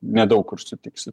nedaug kur sutiksi